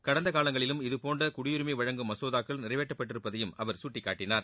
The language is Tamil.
கடந்த காலங்களிலும் இதபோன்ற குடியுரிமை வழங்கும் மசோதாக்கள் நிறைவேற்றப்பட்டிருப்பதையும் அவர் சுட்டிக்காட்டினார்